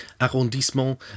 arrondissement